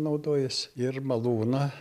naudojas ir malūną